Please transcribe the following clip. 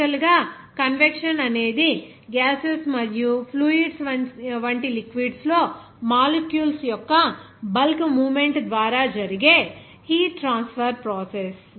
బేసికల్ గా కన్వెక్షన్ అనేది గ్యాసెస్ మరియు ఫ్లూయిడ్స్ వంటి లిక్విడ్స్ లో మాలిక్యూల్స్ యొక్క బల్క్ మూవ్మెంట్ ద్వారా జరిగే హీట్ ట్రాన్స్ఫర్ ప్రాసెస్